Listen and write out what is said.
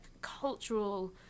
cultural